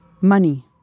Money